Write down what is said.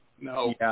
no